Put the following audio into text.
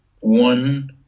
one